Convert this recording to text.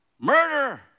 murder